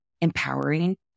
empowering